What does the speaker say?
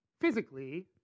physically